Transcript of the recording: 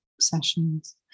sessions